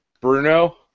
Bruno